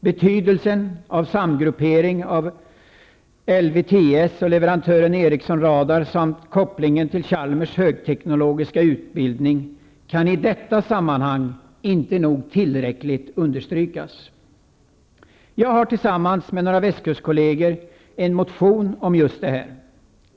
Betydelsen av samgruppering av LvTS och leverantören Ericsson Radar samt kopplingen till Chalmers högteknologiska utbildning kan i detta sammanhang inte tillräckligt understrykas. Jag har tillsammans med några västkustkolleger väckt en motion om just detta.